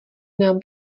nám